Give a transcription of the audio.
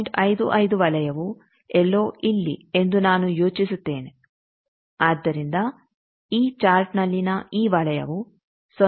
55 ವಲಯವು ಎಲ್ಲೋ ಇಲ್ಲಿ ಎಂದು ನಾನು ಯೋಚಿಸುತ್ತೇನೆ ಆದ್ದರಿಂದ ಈ ಚಾರ್ಟ್ನಲ್ಲಿನ ಈ ವಲಯವು 0